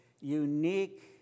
unique